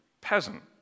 peasant